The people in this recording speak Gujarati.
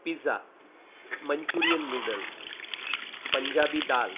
pizza Manchurian noodles Punjabi dal